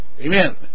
Amen